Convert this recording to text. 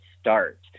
start